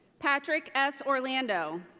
patrick s. orlando.